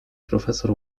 profesor